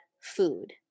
food